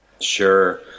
sure